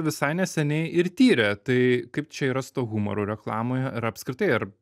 visai neseniai ir tyrė tai kaip čia yra su tuo humoru reklamoje ir apskritai ar